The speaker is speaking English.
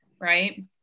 Right